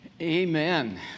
Amen